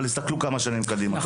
אבל תסתכלו כמה שנים קדימה.